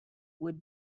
would